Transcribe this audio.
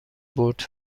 بٌرد